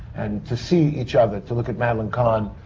and to see each other. to look at madeline kahn,